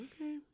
okay